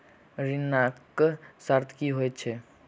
ऋणक शर्त की होइत छैक?